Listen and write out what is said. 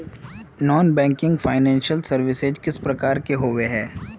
Non banking financial services किस प्रकार के होबे है?